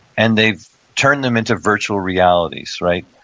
and they've turned them into virtual realities, right?